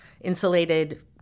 insulated